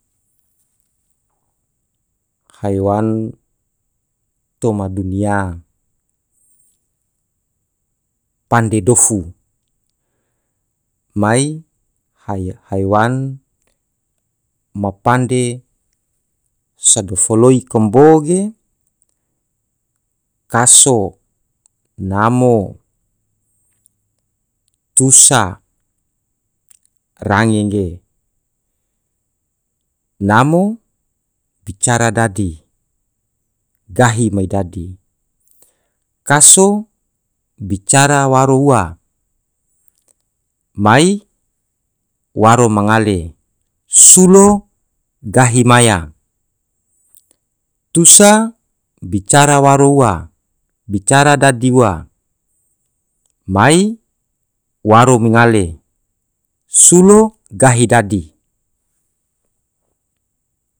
haiwan toma dunnia pande dofu mai hae haiwan ma pande sado foloi kambo ge kaso. namo. tusa range ge namo bicara dadi gahi mai dadi, kaso bicara waro ua mai waro ma ngale sulo gahi maya, tusa bicara waro ua bicara dadi ua mai waro mangale sulo gahi dadi.